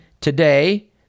Today